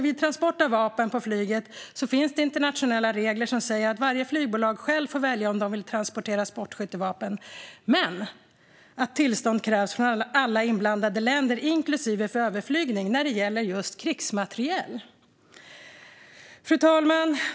Vid transport av vapen på flyget finns det internationella regler som säger att varje flygbolag självt får välja om de vill transportera sportskyttevapen men att tillstånd krävs från alla inblandade länder, inklusive för överflygning, när det gäller just krigsmateriel. Fru talman!